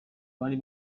bari